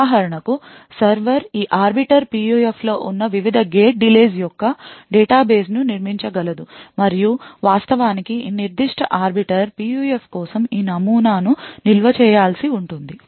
ఉదాహరణకు సర్వర్ ఈ arbiter PUF లో ఉన్న వివిధ గేట్ delays యొక్క డేటాబేస్ను నిర్మించగలదు మరియు వాస్తవానికి ఈ నిర్దిష్ట arbiter PUF కోసం ఈ నమూనా ను నిల్వ చేయాల్సి ఉంటుంది